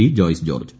P Joice George